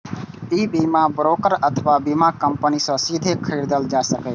ई बीमा ब्रोकर अथवा बीमा कंपनी सं सीधे खरीदल जा सकैए